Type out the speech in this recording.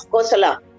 Kosala